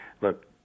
look